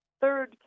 third